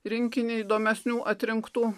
rinkinį įdomesnių atrinktų